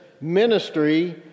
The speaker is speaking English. ministry